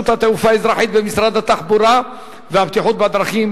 התעופה האזרחית במשרד התחבורה והבטיחות בדרכים,